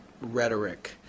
rhetoric